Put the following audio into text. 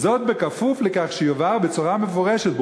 וזאת בכפוף לכך שיובהר בצורה מפורשת,